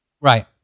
Right